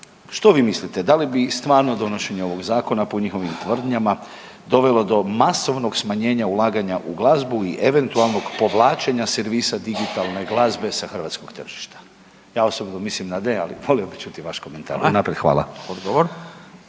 Što vi mislite, da li bi stvarno donošenje ovog zakona po njihovim tvrdnjama dovelo do masovnog smanjenja u glazbu i eventualnog povlačenja servisa digitalne glazbe sa hrvatskog tržišta? Ja osobno mislim da ne, ali volio bih čuti vaš komentar. Unaprijed hvala. **Radin,